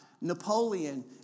Napoleon